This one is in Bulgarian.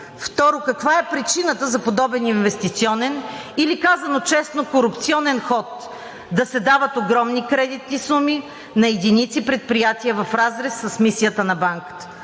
Второ, каква е причината за подобен инвестиционен или, казано честно, корупционен ход – да се дават огромни кредитни суми на единици предприятия, в разрез с мисията на банката?